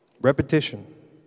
Repetition